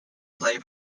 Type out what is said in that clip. play